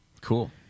cool